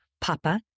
Papa